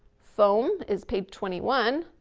foam is page twenty one.